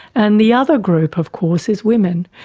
and the other group of course is women,